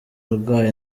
arwaye